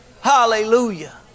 hallelujah